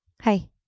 Hi